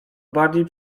bardziej